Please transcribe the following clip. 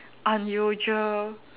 unusual